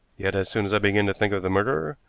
yet, as soon as i begin to think of the murderer,